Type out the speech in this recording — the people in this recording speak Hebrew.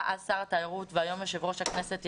אז שר התיירות והיום יושב ראש הכנסת,